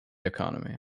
economy